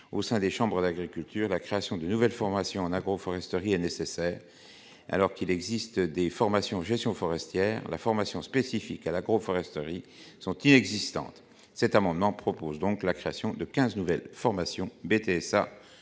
au sein des chambres d'agriculture, la création d'une nouvelle formation en agroforesterie est nécessaire, alors qu'il existe des formations gestion forestière la formation spécifique à l'agroforesterie existantes, cet amendement propose donc la création de 15 nouvelles formations BTSA